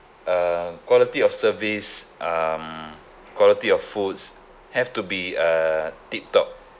uh quality of service um quality of foods have to be uh tip-top